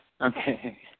Okay